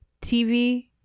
TV